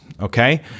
okay